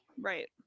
Right